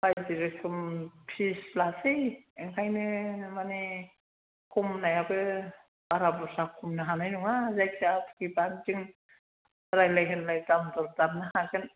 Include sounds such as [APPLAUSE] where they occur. बायदि रोखोम फिस लासै ओंखायनो माने खमनायाबो बारा बुरजा खमनो हानाय नङा जायखिजा [UNINTELLIGIBLE] रायलाय होनलाय दाम दर हागोन